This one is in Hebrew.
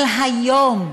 אבל היום,